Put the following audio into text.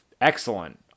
excellent